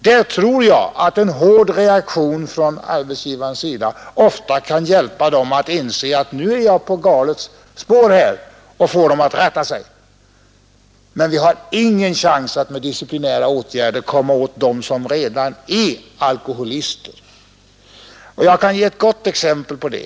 Där tror jag att en hård reaktion från arbetsgivarens sida ofta kan hjälpa dem att inse att ”nu är jag på galet spår” och kan få dem att ändra sig. Men vi har ingen chans att med disciplinära åtgärder komma åt dem som redan är alkoholister. Jag kan ge ett gott exempel på det.